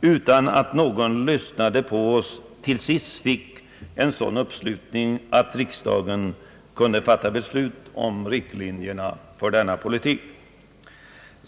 utan att någon lyssnade till oss — slutligen vann en sådan uppslutning att riksdagen kunde fatta beslut om riktlinjerna för en dylik politik.